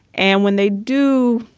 and when they do.